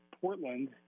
Portland